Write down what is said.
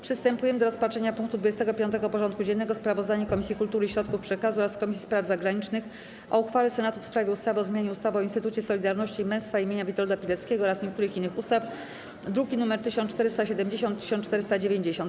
Przystępujemy do rozpatrzenia punktu 25. porządku dziennego: Sprawozdanie Komisji Kultury i Środków Przekazu oraz Komisji Spraw Zagranicznych o uchwale Senatu w sprawie ustawy o zmianie ustawy o Instytucie Solidarności i Męstwa imienia Witolda Pileckiego oraz niektórych innych ustaw (druki nr 1470 i 1490)